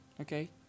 Okay